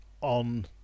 on